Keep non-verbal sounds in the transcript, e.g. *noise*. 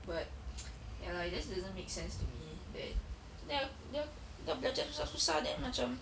but *noise* ya lah it just doesn't makes sense to me that dah dah dah belajar susah-susah then macam